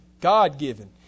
God-given